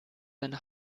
deine